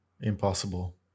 Impossible